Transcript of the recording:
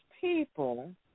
people